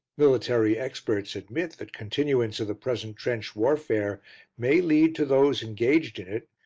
military experts admit that continuance of the present trench warfare may lead to those engaged in it,